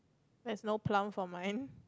there's no plum for mine